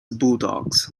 bulldogs